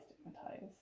stigmatized